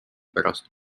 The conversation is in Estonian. pärast